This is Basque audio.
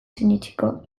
sinetsiko